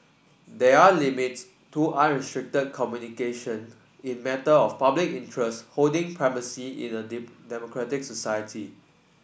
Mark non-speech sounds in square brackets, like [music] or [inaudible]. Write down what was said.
there are limits to [unintelligible] communication in matter of public interest holding primacy in a [unintelligible] democratic society